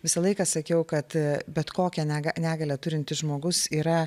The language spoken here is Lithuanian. visą laiką sakiau kad bet kokią nega negalią turintis žmogus yra